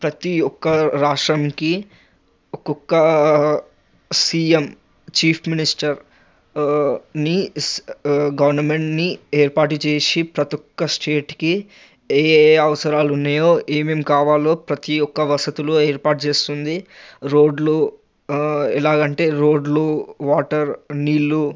ప్రతి ఒక్క రాష్ట్రంకు ఒక్కొక్క సీఎం చీఫ్ మినిష్టర్ ని గవర్నమెంట్ని ఏర్పాటు చేసి ప్రతి ఒక్క స్టేట్కి ఏఏ అవసరాలున్నాయో ఏమేమి కావాలో ప్రతి ఒక్క వసతులు ఏర్పాటు చేస్తుంది రోడ్లు ఎలాగంటే రోడ్లు వాటర్ నీళ్లు